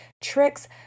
tricks